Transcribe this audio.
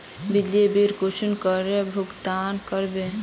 बिजली बिल कुंसम करे भुगतान कर बो?